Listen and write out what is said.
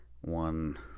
one